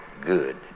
good